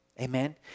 Amen